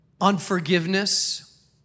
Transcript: unforgiveness